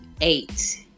eight